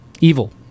Evil